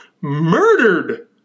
murdered